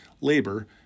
Labor